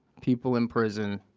people in prison